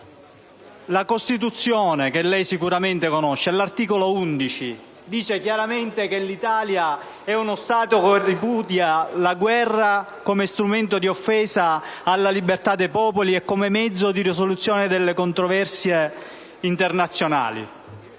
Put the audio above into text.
La Costituzione, che lei sicuramente conosce, all'articolo 11 dice chiaramente che l'Italia è uno Stato che «ripudia la guerra come strumento di offesa alla libertà degli altri popoli e come mezzo di risoluzione delle controversie internazionali».